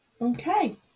Okay